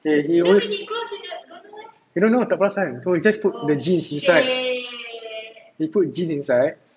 ya he always he don't know tak perasan no he just put the jeans inside he put jeans inside